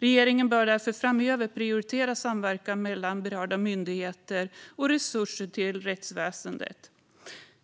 Regeringen bör därför framöver prioritera samverkan mellan berörda myndigheter och resurser till rättsväsendet.